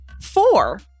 Four